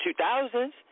2000s